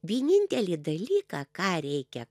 vienintelį dalyką ką reikia